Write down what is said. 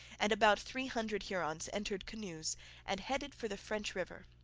and about three hundred hurons, entered canoes and headed for the french river.